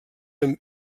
amb